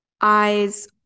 eyes